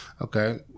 okay